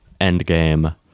Endgame